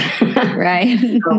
Right